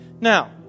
Now